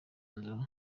nzu